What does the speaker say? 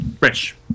Rich